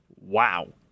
wow